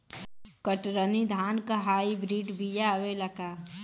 कतरनी धान क high breed बिया आवेला का?